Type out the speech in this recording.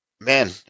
Man